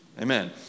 Amen